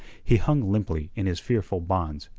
he hung limply in his fearful bonds,